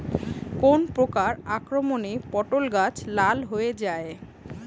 কোন প্রকার আক্রমণে পটল গাছ লাল হয়ে যায়?